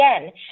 again